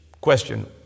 question